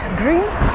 greens